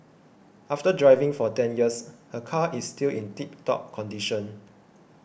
after driving for ten years her car is still in tip top condition